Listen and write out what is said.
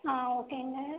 ஆ ஓகேங்க